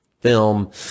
film